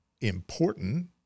important